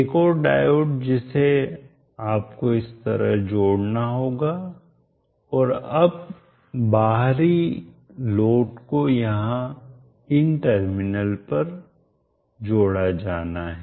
एक और डायोड जिसे आपको इस तरह जोड़ना होगा और अब बाहरी लोड को यहां इन टर्मिनल पर जोड़ा जाना है